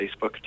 Facebook